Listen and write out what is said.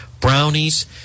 brownies